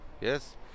yes